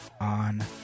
on